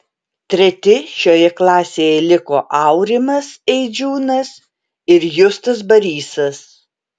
treti šioje klasėje liko aurimas eidžiūnas ir justas barysas